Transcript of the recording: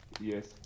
Yes